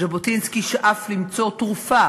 ז'בוטינסקי שאף למצוא תרופה